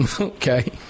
Okay